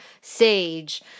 Sage